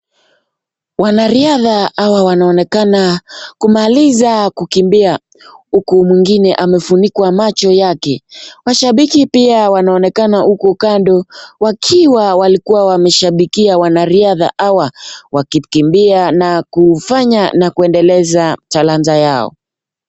Wanariadha hawa wanaonekana kumaliza kukimbia uku mwingine amefunikwa macho yake. Mashambiki pia wanaonekana huku kando wakiwa walikuwa wameshambikia wanariadha hawa wakikimbia na kufanya na kuendeleza talanta yao.